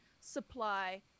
supply